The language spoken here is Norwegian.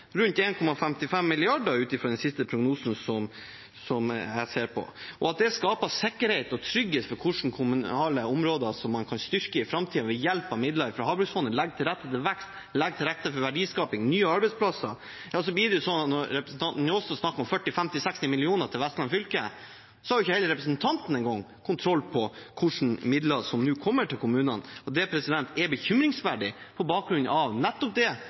rundt 1,55 mrd. kr, ut fra den siste prognosen. At det skaper sikkerhet og trygghet for hvilke kommunale områder man kan styrke i framtiden ved hjelp av midler fra havbruksfondet og legge til rette for vekst, verdiskaping og nye arbeidsplasser – vel, når representanten Njåstad snakker om 40–50–60 mill. kr til Vestland fylke, har ikke engang representanten kontroll på hvilke midler som nå kommer til kommunene. Det er bekymringsverdig på bakgrunn av nettopp det